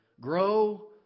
Grow